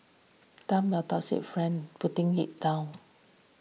dump your toxic friends putting it down